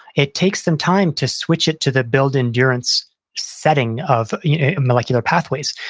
it takes some time to switch it to the build endurance setting of molecular pathways.